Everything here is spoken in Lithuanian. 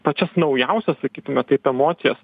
pačias naujausias sakytume taip emocijas